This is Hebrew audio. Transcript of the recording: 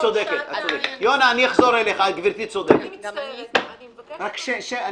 אני מצטערת, אני מבקשת כבר שעתיים.